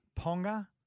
Ponga